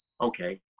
Okay